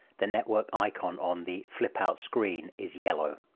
the network icon on the flip out screen is yellow.